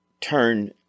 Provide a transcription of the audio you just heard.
turn